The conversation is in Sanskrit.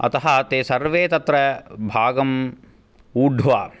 अतः ते सर्वे तत्र भागम् ऊढ्वा